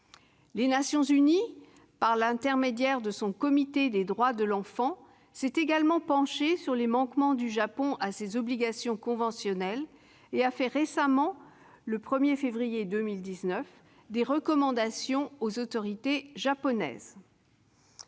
des Nations unies, par l'intermédiaire de son comité des droits de l'enfant, s'est également penchée sur les manquements du Japon à ses obligations conventionnelles et a fait récemment, le 1 février 2019, des recommandations aux autorités japonaises.